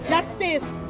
Justice